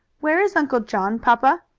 where is uncle john, papa?